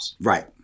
Right